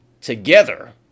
together